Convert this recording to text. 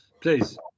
please